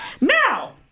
Now